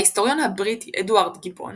ההיסטוריון הבריטי אדוארד גיבון